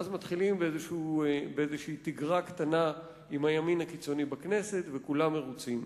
ואז מתחילים באיזו תגרה קטנה עם הימין הקיצוני בכנסת וכולם מרוצים.